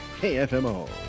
KFMO